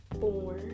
four